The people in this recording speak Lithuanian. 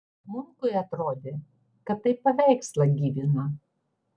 munkui atrodė kad tai paveikslą gyvina